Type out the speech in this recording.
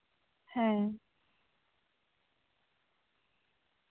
ᱦᱮᱸ